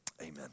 amen